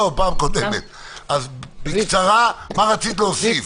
אז בקצרה, מה רצית להוסיף?